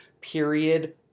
period